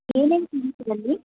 ಏನೇನು ಸಿಗುತ್ತೆ ಅಲ್ಲಿ